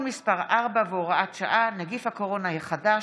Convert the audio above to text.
מס' 4 והוראת שעה) (נגיף הקורונה החדש)